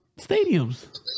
stadiums